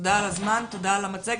תודה על הזמן, תודה על המצגת.